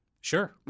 Sure